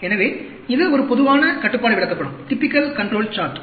எனவே இது ஒரு பொதுவான கட்டுப்பாடு விளக்கப்படம்